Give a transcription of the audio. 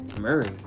Murray